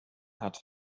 hat